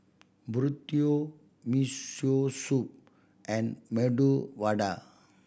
Burrito Miso Soup and Medu Vada